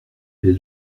elle